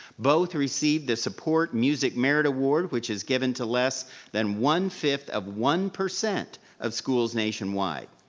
both received the support music merit award which is given to less than one-fifth of one percent of schools nationwide.